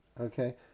Okay